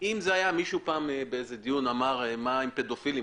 אם פעם מישהו בדיון אמר מה עם פדופילים,